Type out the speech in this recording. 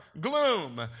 gloom